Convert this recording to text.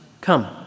come